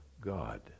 God